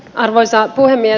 arvoisa puhemies